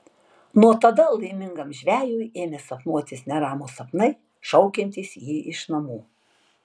nuo tada laimingam žvejui ėmė sapnuotis neramūs sapnai šaukiantys jį iš namų